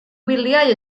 wyliau